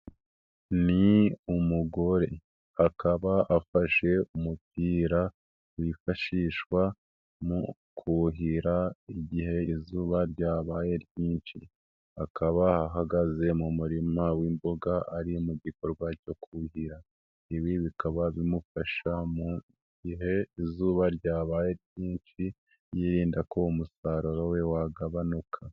Ni umugore, akaba afashe umupira wifashishwa mu kuhira igihe izuba ryabaye ryinshi, akaba ahagaze mu murima w'imboga ari mu gikorwa cyo kuhira, ibi bikaba bimufasha mu gihe izuba ryabaye ryinshi, yirinda ko umusaruro we wagabanuka.